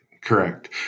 Correct